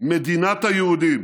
"מדינת היהודים".